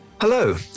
Hello